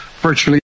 Virtually